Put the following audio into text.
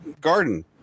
garden